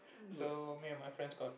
so me and my friends got